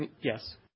Yes